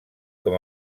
com